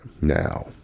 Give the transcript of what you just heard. now